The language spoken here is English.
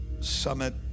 summit